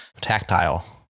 tactile